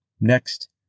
Next